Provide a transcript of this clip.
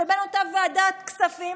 לבין אותה ועדת כספים,